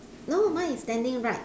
no mine is standing right